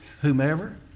whomever